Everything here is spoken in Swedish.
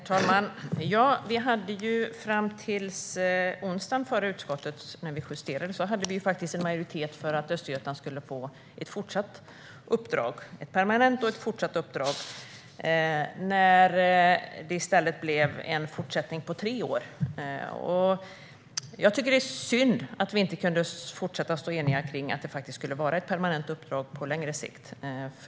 Herr talman! Vi hade fram till den onsdag då vi justerade detta i utskottet faktiskt en majoritet för att Östergötland skulle få ett permanent och fortsatt uppdrag. Men i stället blev det en fortsättning på tre år. Det är synd att vi inte kunde fortsätta att stå eniga om att det faktiskt skulle vara ett permanent uppdrag på längre sikt.